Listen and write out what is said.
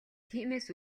тиймээс